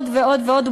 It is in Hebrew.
ועוד ועוד ועוד,